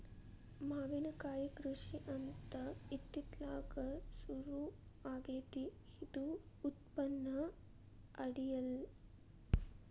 ಮಾವಿನಕಾಯಿ ಕೃಷಿ ಅಂತ ಇತ್ತಿತ್ತಲಾಗ ಸುರು ಆಗೆತ್ತಿ ಇದು ಉತ್ಪನ್ನ ಅಡಿಯಿಲ್ಲ